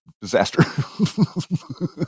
Disaster